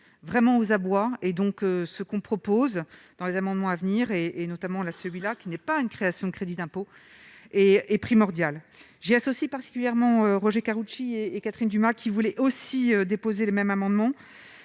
vraiment aux abois et donc ce qu'on propose dans les amendements à venir et et notamment la celui-là, qui n'est pas une création de crédit d'impôt et est primordial, j'y associe particulièrement Roger Karoutchi et Catherine Dumas qui voulait aussi déposé le même amendement.